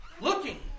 Looking